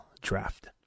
draft